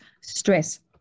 stress